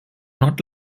not